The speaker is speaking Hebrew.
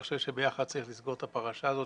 אני חושב שביחד צריך לסגור את הפרשה הזאת,